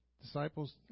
disciples